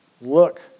look